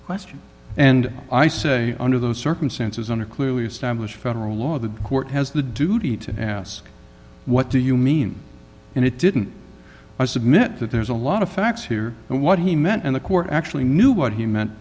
question and i say under those circumstances under clearly established federal law the court has the duty to ask what do you mean and it didn't i submit that there's a lot of facts here and what he meant and the court actually knew what he meant